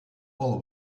all